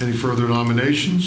any further nomination